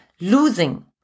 losing